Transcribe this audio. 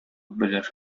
белер